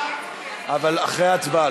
אבל אחרי ההצבעה.